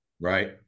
right